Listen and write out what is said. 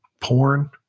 porn